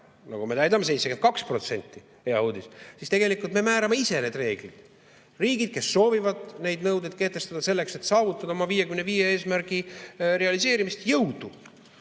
nagu me täidame 72% – hea uudis –, siis tegelikult me määrame ise need reeglid. Riigid, kes soovivad neid nõudeid kehtestada, selleks et saavutada oma "Eesmärgi 55" realiseerimist – jõudu!